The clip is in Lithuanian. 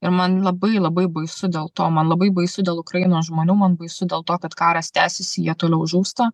ir man labai labai baisu dėl to man labai baisu dėl ukrainos žmonių man baisu dėl to kad karas tęsiasi jie toliau žūsta